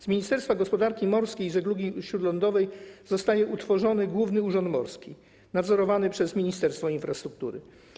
Z Ministerstwa Gospodarki Morskiej i Żeglugi Śródlądowej zostanie utworzony Główny Urząd Morski nadzorowany przez Ministerstwo Infrastruktury.